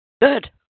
Good